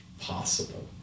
possible